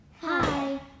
Hi